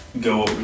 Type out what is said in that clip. go